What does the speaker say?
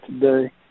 today